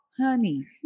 Honey